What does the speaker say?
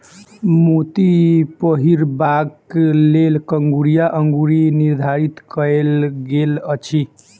मोती पहिरबाक लेल कंगुरिया अंगुरी निर्धारित कयल गेल अछि